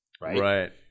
right